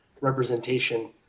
representation